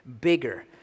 bigger